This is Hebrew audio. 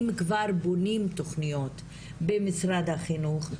אם כבר בונים תכניות במשרד החינוך,